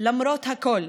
למרות הכול,